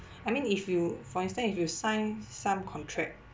I mean if you for instance if you sign some contract